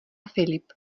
filip